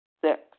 Six